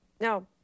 No